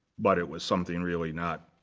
but it was something really not